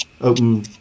open